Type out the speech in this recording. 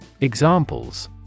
Examples